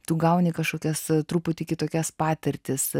tu gauni kažkokias truputį kitokias patirtis